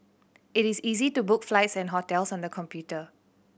it is easy to book flights and hotels on the computer